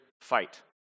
fight